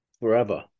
forever